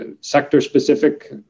sector-specific